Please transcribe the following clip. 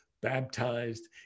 baptized